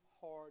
hard